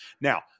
Now